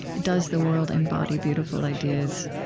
does the world embody beautiful ideas?